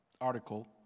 article